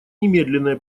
немедленное